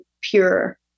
pure